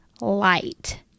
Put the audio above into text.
light